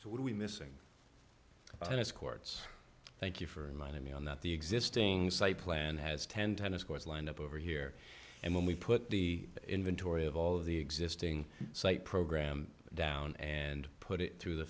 so we missing tennis courts thank you for reminding me on that the existing site plan has ten tennis courts lined up over here and when we put the inventory of all of the existing site program down and put it through the